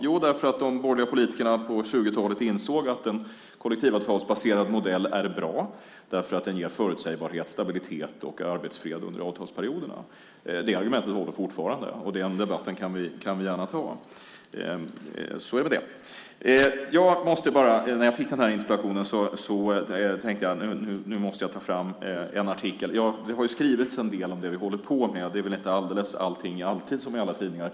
Jo, de borgerliga politikerna på 20-talet insåg att en kollektivavtalsbaserad modell är bra därför att den ger förutsägbarhet, stabilitet och arbetsfred under avtalsperioderna. Det argumentet håller fortfarande, och den debatten kan vi gärna ta. Så är det med det. När jag fick den här interpellationen tänkte jag: Nu måste jag ta fram en artikel. Det har ju skrivits en del om det vi håller på med, och allting är väl inte alltid positivt i alla tidningar.